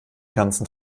ganzen